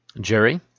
Jerry